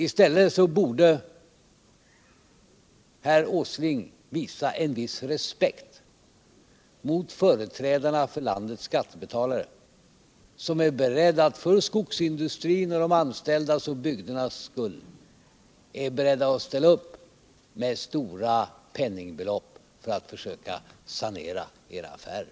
I stället borde herr Åsling ha visat en viss respekt för företrädarna för landets skattebetalare, som för skogsindustrins, de anställdas och bygdernas skull är beredda att ställa upp med stora penningbelopp för att söka sanera era affärer.